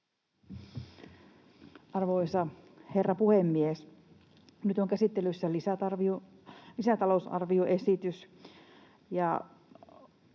Arvoisa herra puhemies! Nyt on käsittelyssä lisätalousarvioesitys,